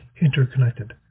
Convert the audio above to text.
interconnected